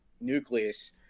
nucleus